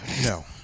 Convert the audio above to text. no